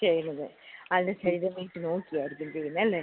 ചെയ്യുന്നത് അത് ചെയ്ത് കയിഞ്ഞിട്ട് നോക്കിയായിരിക്കും ചെയ്യുന്നത് അല്ലേ